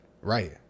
Right